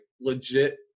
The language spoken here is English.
legit